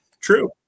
true